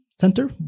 center